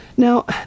Now